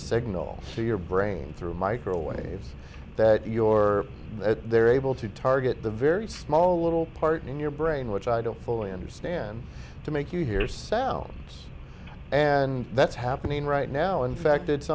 signal to your brain through microwaves that your they're able to target the very small little part in your brain which i don't fully understand to make you hear sounds and that's happening right now in fact it's